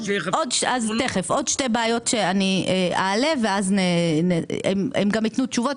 עוד שתי בעיות שאני אעלה והם יתנו תשובות,